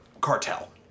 cartel